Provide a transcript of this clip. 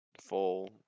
Full